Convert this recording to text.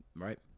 Right